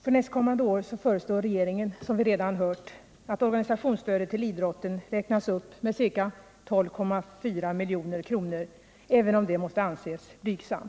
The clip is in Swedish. För nästkommande år föreslår regeringen, som vi redan har hört, att organisationsstödet till idrotten räknas upp med ca 12,4 milj.kr. Denna uppräkning kan naturligtvis tyckas vara blygsam.